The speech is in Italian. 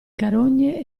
carogne